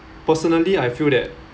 personally I feel that